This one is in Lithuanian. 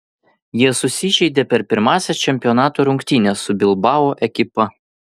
jie susižeidė per pirmąsias čempionato rungtynes su bilbao ekipa